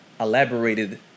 elaborated